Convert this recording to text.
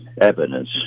evidence